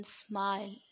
smile